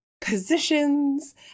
positions